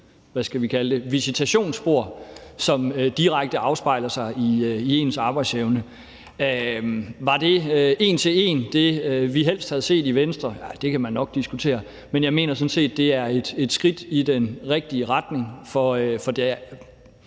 visitationsspor, som direkte afspejler sig i ens arbejdsevne. Var det en til en det, vi helst havde set i Venstre? Nej, det kan man nok diskutere, men jeg mener sådan set, det er et skridt i den rigtige retning. For det